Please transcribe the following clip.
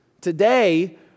Today